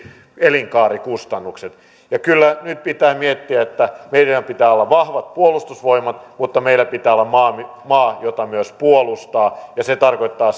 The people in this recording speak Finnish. elinkaarikustannukset ja kyllä nyt pitää miettiä että meillä pitää olla vahvat puolustusvoimat mutta meillä pitää olla myös maa jota puolustaa ja se tarkoittaa